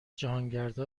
جهانگردا